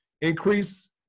increase